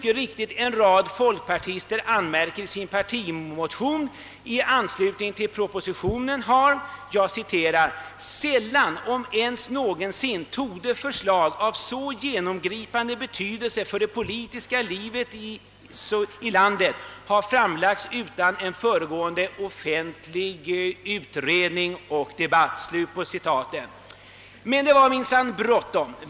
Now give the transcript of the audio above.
En rad folkpartister anmärkte alldeles rik tigt i en partimotion i anslutning till propositionen att »sällan, om ens någonsin, torde förslag av så genomgripande betydelse för det politiska livet i landet ha framlagts utan en föregående offentlig utredning och debatt». Men det var minsann bråttom.